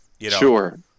Sure